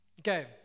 Okay